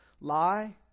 lie